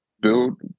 build